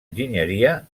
enginyeria